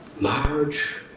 Large